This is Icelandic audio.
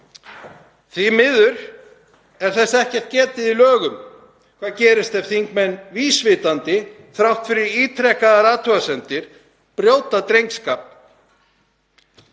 Því miður er þess ekki getið í lögum hvað gerist ef þingmenn vísvitandi, þrátt fyrir ítrekaðar athugasemdir, brjóta drengskap.